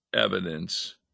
evidence